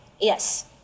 yes